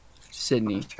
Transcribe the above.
Sydney